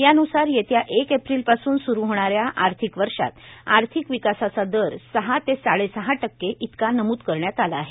याबुसार येत्या एक एप्रिलपासून सुरू होणाऱ्या आर्थिक वर्षात आर्थिक विकासाचा दर सहा ते साडेसहा टक्के इतका नमूद करण्यात आला आहे